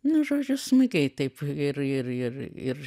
nu žodžiu smagiai taip ir ir ir ir